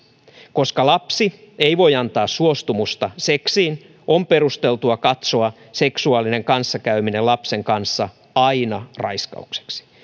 koska lapsi ei voi antaa suostumustaan seksiin on perusteltua katsoa seksuaalinen kanssakäyminen lapsen kanssa aina raiskaukseksi